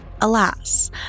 alas